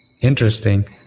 interesting